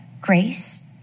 Grace